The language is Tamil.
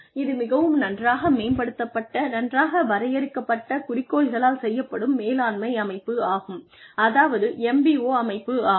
இது மிக நன்றாக மேம்படுத்தப்பட்ட நன்றாக வரையறுக்கப்பட்ட குறிக்கோள்களால் செய்யப்படும் மேலாண்மை அமைப்பாகும் அதாவது MBO அமைப்பாகும்